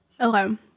Okay